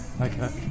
Okay